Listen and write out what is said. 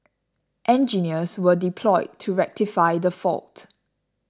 engineers were deployed to rectify the fault